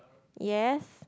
yes